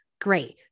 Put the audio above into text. great